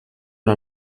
una